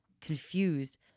confused